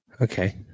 Okay